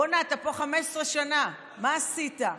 בוא'נה, אתה פה 15 שנה, מה עשית?